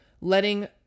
letting